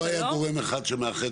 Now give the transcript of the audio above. לא היה גורם אחד שמאחד.